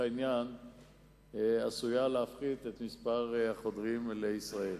העניין עשויה להפחית את מספר החודרים לישראל.